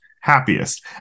happiest